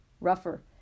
rougher